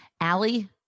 Allie